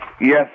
Yes